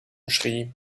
schrie